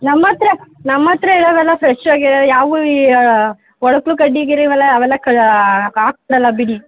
ನಮ್ಮ ಹತ್ರ ನಮ್ಮ ಹತ್ರ ಇರೋವೆಲ್ಲ ಫ್ರೆಶ್ಶಾಗೆ ಯಾವು ಈ ಹುಳ್ಕು ಕಡ್ಡಿಗಿರ ಇವೆಲ್ಲ ಅವೆಲ್ಲ ಹಾಕ್ಸೋಲ್ಲ ಬಿಡಿ